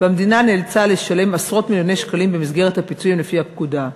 והמדינה נאלצה לשלם עשרות מיליוני שקלים במסגרת הפיצויים לפי הפקודה.